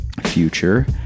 future